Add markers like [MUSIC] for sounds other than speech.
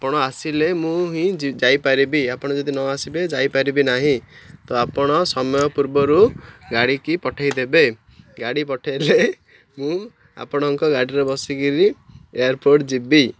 ଆପଣ ଆସିଲେ ମୁଁ ହିଁ [UNINTELLIGIBLE] ଯାଇପାରିବି ଆପଣ ଯଦି ନ ଆସିବେ ଯାଇପାରିବି ନାହିଁ ତ ଆପଣ ସମୟ ପୂର୍ବରୁ ଗାଡ଼ିକି ପଠେଇଦେବେ ଗାଡ଼ି ପଠେଇଲେ ମୁଁ ଆପଣଙ୍କ ଗାଡ଼ିରେ ବସିକିରି ଏୟାର୍ପୋର୍ଟ ଯିବି